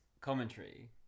commentary